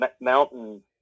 mountain